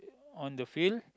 on the field